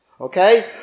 okay